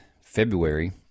February